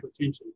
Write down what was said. hypertension